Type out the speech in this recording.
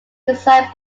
designed